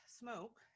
smoke